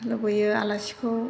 लुबैयो आलासिखौ